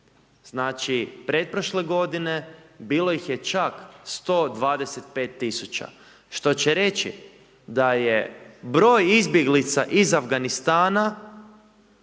znači pretprošle godine bilo ih je čak 125 000, što će reći da je broj izbjeglica iz Afganistana,